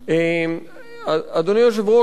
אדוני היושב-ראש,